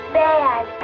bad